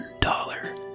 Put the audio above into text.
dollar